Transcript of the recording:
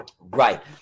right